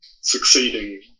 succeeding